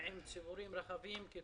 יש בשירות המדינה מעל